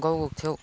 गाउँ गएको थियौ